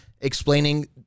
explaining